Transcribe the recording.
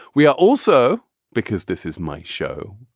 we are also because this is my show